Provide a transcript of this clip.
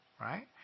right